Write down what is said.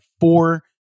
four